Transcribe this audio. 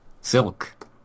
Silk